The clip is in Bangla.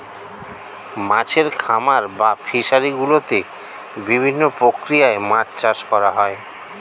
মাছের খামার বা ফিশারি গুলোতে বিভিন্ন প্রক্রিয়ায় মাছ চাষ করা হয়